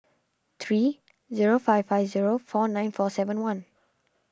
three zero five five zero four nine four seven one